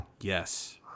Yes